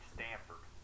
Stanford